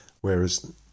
Whereas